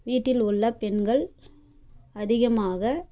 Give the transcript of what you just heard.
வீட்டில் உள்ள பெண்கள் அதிகமாக